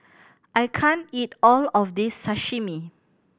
I can't eat all of this Sashimi